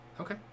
Okay